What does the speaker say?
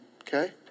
Okay